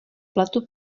pletu